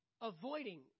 avoiding